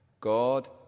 God